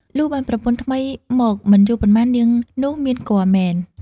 លុះបានប្រពន្ធថ្មីមកមិនយូរប៉ុន្មាន នាងនោះមានគភ៌មែន។